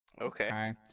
Okay